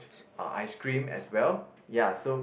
uh ice cream as well ya so